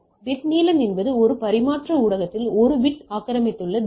bit நீளம் என்பது ஒரு பரிமாற்ற ஊடகத்தில் 1 பிட் ஆக்கிரமித்துள்ள தூரம்